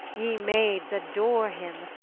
ye maids adore him!